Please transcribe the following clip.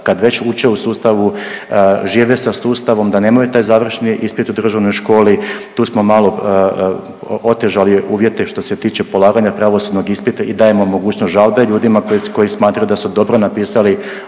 kad već uče u sustavu, žive sa sustavom, da nemaju taj završni ispit u Državnoj školi, tu smo malo otežali uvjete što se tiče polaganja pravosudnog ispita i dajemo mogućnost žalbe ljudima koji smatraju da su dobro napisali,